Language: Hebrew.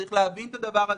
צריך להבין את הדבר הזה.